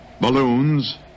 balloons